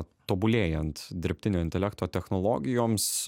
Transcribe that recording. tobulėjant dirbtinio intelekto technologijoms